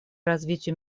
развитию